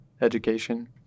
education